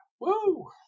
Woo